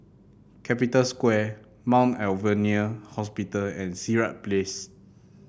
Capital Square Mount Alvernia Hospital and Sirat Place